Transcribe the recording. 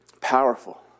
powerful